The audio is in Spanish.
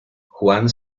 juan